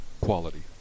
quality